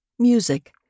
Music